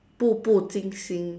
步步驚心